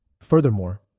Furthermore